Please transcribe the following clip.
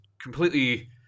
completely